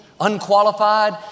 unqualified